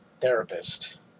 therapist